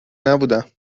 نبودم